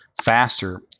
faster